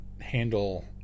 handle